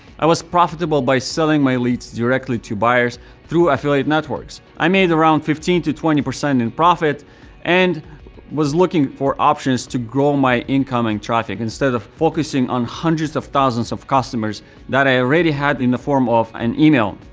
i was profitable by selling my leads directly to buyers through affiliate networks. i made around fifteen to twenty percent in profit and was looking for options to grow my incoming traffic instead of focusing on hundreds of thousands of customers that i already had in the form of an email.